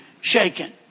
shaken